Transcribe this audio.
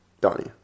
Donnie